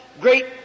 great